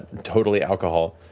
totally alcohol,